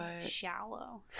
shallow